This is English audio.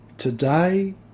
Today